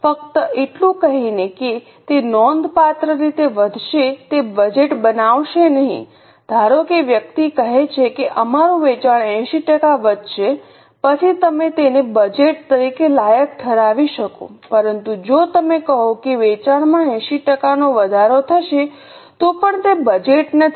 ફક્ત એટલું કહીને કે તે નોંધપાત્ર રીતે વધશે તે બજેટ બનાવશે નહીં ધારો કે વ્યક્તિ કહે છે કે અમારું વેચાણ 80 ટકા વધશે પછી તમે તેને બજેટ તરીકે લાયક ઠરાવી શકો પરંતુ જો તમે કહો કે વેચાણમાં 80 ટકાનો વધારો થશે તો પણ તે બજેટ નથી